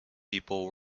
people